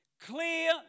Clear